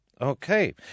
Okay